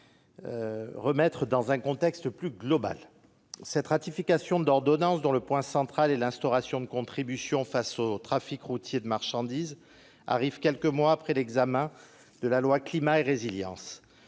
resituer dans un contexte plus global. Ce projet de loi de ratification d'ordonnances, dont le point central est l'instauration de contributions face au trafic routier de marchandises, arrive quelques mois après l'examen de la loi Climat et résilience.